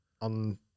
On